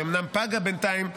שאומנם פגה בינתיים,